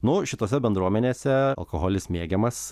nu šitose bendruomenėse alkoholis mėgiamas